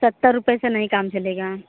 सत्तर रुपए से नहीं काम चलेगा